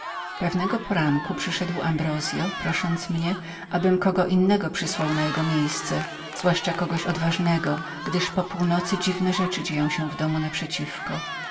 pewnego poranku ambrozio przyszedł prosząc mnie abym kogo innego przysłał na jego miejsce zwłaszcza zaś kogoś odważnego gdyż po północy trudno było wytrzymać takie rzeczy działy się w domu